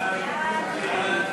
ההצעה